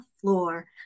floor